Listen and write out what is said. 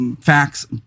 facts